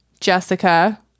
Jessica